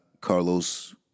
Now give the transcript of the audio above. Carlos